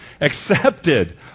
accepted